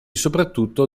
soprattutto